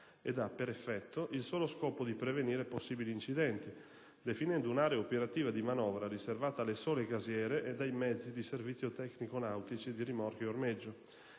ed ha, per effetto, il solo scopo di prevenire possibili incidenti, definendo un'area operativa di manovra riservata alle sole gasiere ed ai mezzi di servizi tecnico-nautici di rimorchio ed ormeggio,